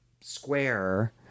square